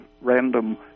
random